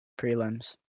Prelims